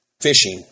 fishing